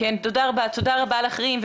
תודה רבה לך, רים.